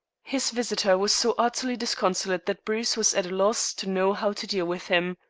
his visitor was so utterly disconsolate that bruce was at a loss to know how to deal with him.